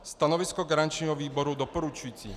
Stanovisko garančního výboru doporučující.